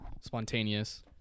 Spontaneous